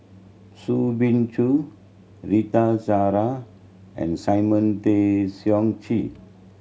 Soo Bin Chua Rita Zahara and Simon Tay Seong Chee